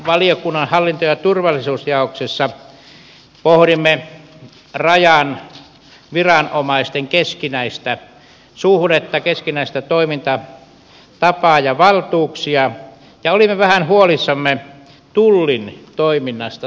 valtiovarainvaliokunnan hallinto ja turvallisuusjaostossa pohdimme rajan viranomaisten keskinäistä suhdetta keskinäistä toimintatapaa ja valtuuksia ja olimme vähän huolissamme tullin toiminnasta